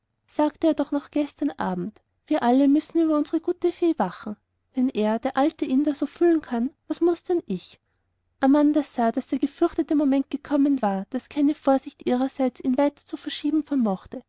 sagte er doch noch gestern abend wir alle müssen über unsere gute fee wachen wenn er der alte inder so fühlen kann was mußte dann ich amanda sah daß der gefürchtete moment gekommen war daß keine vorsicht ihrerseits ihn weiter zu verschieben vermochte